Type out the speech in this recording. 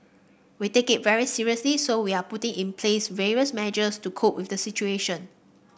we take it very seriously so we are putting in place various measures to cope with the situation